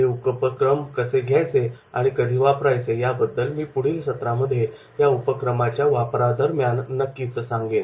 हे उपक्रम कसे घ्यायचे आणि कधी वापरायचे याबद्दल मी पुढील सत्रामध्ये या उपक्रमांच्या वापरादरम्यान नक्कीच सांगेन